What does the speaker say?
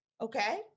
okay